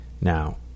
Now